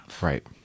Right